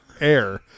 air